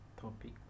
topic